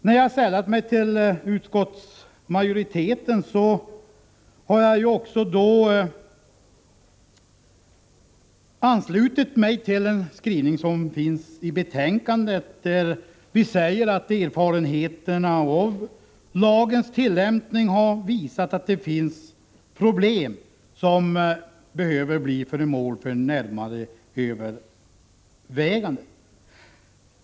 När jag har sällat mig till utskottsmajoriteten har jag också anslutit mig till skrivningen i betänkandet, att ”erfarenheterna av lagens tillämpning har visat att det finns problem som behöver bli föremål för närmare överväganden”.